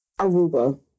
Aruba